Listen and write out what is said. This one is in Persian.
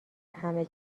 همه